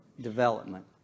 development